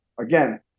Again